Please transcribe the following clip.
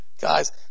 Guys